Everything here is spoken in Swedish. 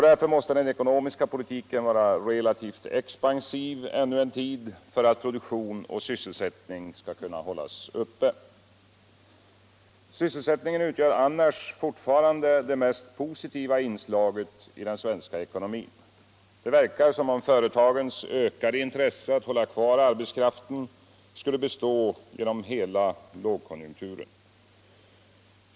Därför måste den ekonomiska politiken vara relativt expansiv ännu en tid för att produktion och sysselsättning skall kunna hållas uppe. Sysselsättningen utgör annars fortfarande det mest positiva inslaget i den svenska ekonomin. Det verkar som om företagens ökade intresse att hålla kvar arbetskraften skulle bestå genom hela lågkonjunkturen.